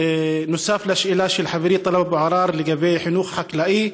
בנוסף לשאלה של חברי טלב אבו עראר לגבי חינוך חקלאי,